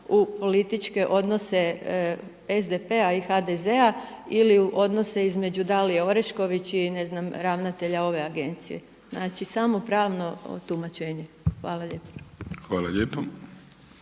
u političke odnose SDP-a ili HDZ-a ili u odnose između Dalije Orešković i ne znam ravnatelja ove agencije. Znači samo pravno tumačenje. Hvala lijepo.